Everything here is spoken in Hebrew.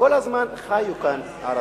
כל הזמן חיו כאן הערבים.